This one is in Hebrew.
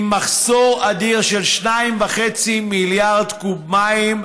עם מחסור אדיר של 2.5 מיליארד קוב מים,